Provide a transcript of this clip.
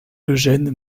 eugène